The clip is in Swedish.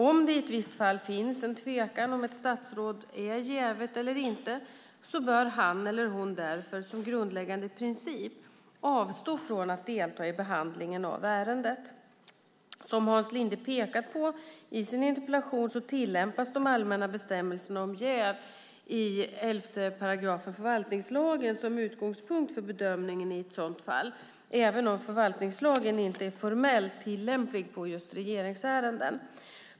Om det i ett visst fall finns en tvekan om huruvida ett statsråd är jävigt eller inte, bör han eller hon därför som grundläggande princip avstå från att delta i behandlingen av ärendet. Som Hans Linde har pekat på i sin interpellation tillämpas de allmänna bestämmelserna om jäv i 11 § förvaltningslagen som utgångspunkt för bedömningen i ett sådant fall, även om förvaltningslagen inte är formellt tillämplig på just regeringsärenden.